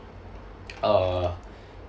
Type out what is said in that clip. err